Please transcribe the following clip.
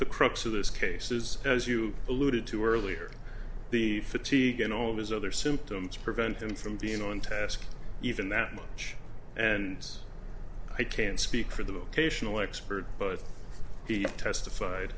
the crux of this case is as you alluded to earlier the fatigue and all his other symptoms prevent them from being on task even that much and i can't speak for them occasional expert but he testified